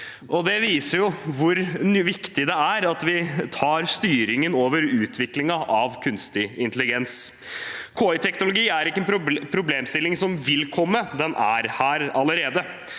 Det viser jo hvor viktig det er at vi tar styringen over utviklingen av kunstig intelligens. KI-teknologi er ikke en problemstilling som vil komme; den er her allerede.